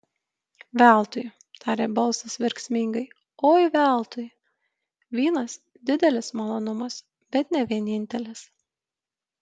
veltui tarė balsas verksmingai oi veltui vynas didelis malonumas bet ne vienintelis